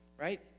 right